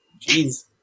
Jeez